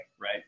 Right